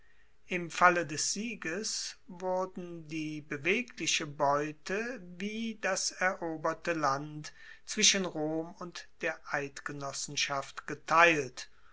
im falle des sieges wurden die bewegliche beute wie das eroberte land zwischen rom und der eidgenossenschaft geteilt